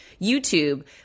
YouTube